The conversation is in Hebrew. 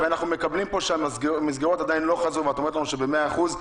אנחנו מקבלים פה שהמסגרות עדיין לא חזרו ואת אומרת שחזרו ב-100%?